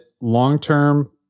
long-term